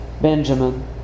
Benjamin